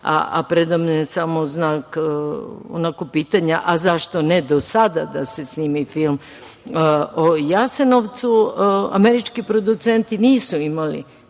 a pred nama je samo znak pitanja, a zašto ne do sada da se snimi film o Jasenovcu, američki producenti nisu imali